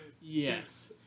Yes